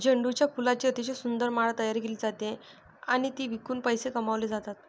झेंडूच्या फुलांची अतिशय सुंदर माळ तयार केली जाते आणि ती विकून पैसे कमावले जातात